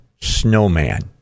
snowman